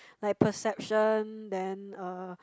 like perception then err